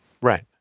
right